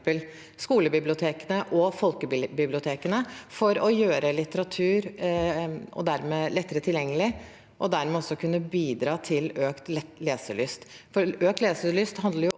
skolebibliotekene og folkebibliotekene, for å gjøre litteratur lettere tilgjengelig og dermed kunne bidra til økt leselyst.